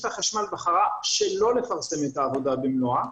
החשמל בחרה לא לפרסם את העבודה במלואה,